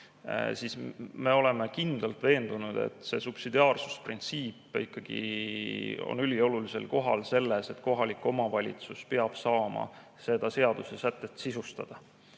siis me oleme kindlalt veendunud, et subsidiaarsusprintsiip on ikkagi üliolulisel kohal, selles mõttes, et kohalik omavalitsus peab saama seda seadusesätet sisustada.